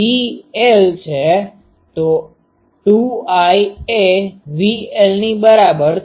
તો 2 I1 એ V2I1 ની બરાબર છે